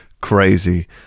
crazy